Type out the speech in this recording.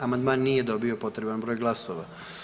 Amandman nije dobio potreban broj glasova.